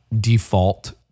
default